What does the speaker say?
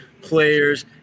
players